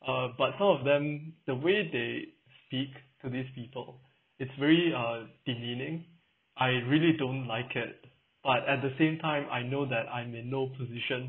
uh but some of them the way they speak to these people it's very uh demeaning I really don't like it but at the same time I know that I'm in no position